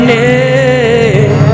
name